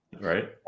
right